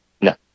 No